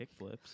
kickflips